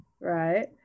right